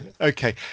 Okay